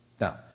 Now